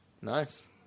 Nice